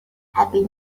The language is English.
happy